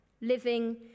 Living